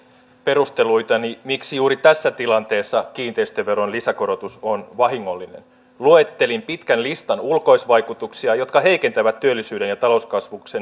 perusteluitani miksi juuri tässä tilanteessa kiinteistöveron lisäkorotus on vahingollinen luettelin pitkän listan ulkoisvaikutuksia jotka heikentävät työllisyyden ja talouskasvun